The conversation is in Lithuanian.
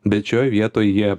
bet šioj vietoj jie